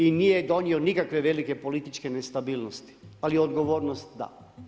I nije donio nikakve velike političke nestabilnosti, ali odgovornost da.